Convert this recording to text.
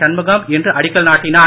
சண்முகம் இன்று அடிக்கல் நாட்டினார்